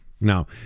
Now